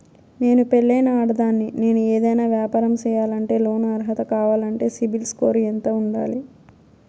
నేను పెళ్ళైన ఆడదాన్ని, నేను ఏదైనా వ్యాపారం సేయాలంటే లోను అర్హత కావాలంటే సిబిల్ స్కోరు ఎంత ఉండాలి?